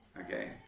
Okay